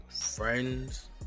friends